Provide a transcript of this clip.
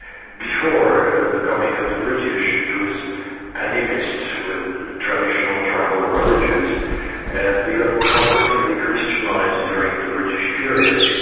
before the coming of the british, it was animist, with traditional tribal religions and they got progressively christianised during the british period.